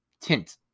tint